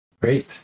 Great